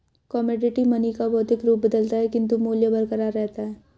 commodity money का भौतिक रूप बदलता है किंतु मूल्य बरकरार रहता है